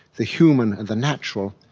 the human and the natural,